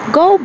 go